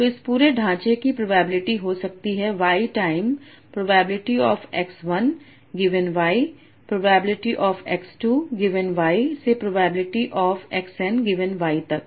तो इस पूरे ढांचे की प्रोबेबिलिटी हो सकती है y time probability of x1 given y probability of x2 given y से probability of x n given y तक